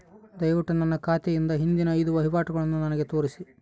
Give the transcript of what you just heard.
ದಯವಿಟ್ಟು ನನ್ನ ಖಾತೆಯಿಂದ ಹಿಂದಿನ ಐದು ವಹಿವಾಟುಗಳನ್ನು ನನಗೆ ತೋರಿಸಿ